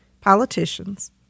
politicians